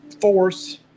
force